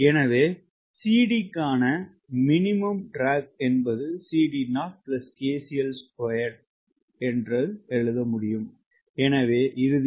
எனவே CD க்கான minimum track ஆகா எழுத முடியும்